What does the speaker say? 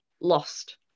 lost